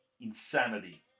Insanity